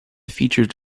features